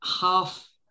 half